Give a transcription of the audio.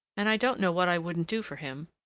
and i don't know what i wouldn't do for him,